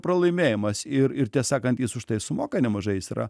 pralaimėjimas ir ir tiesą sakant jis už tai sumoka nemažai jis yra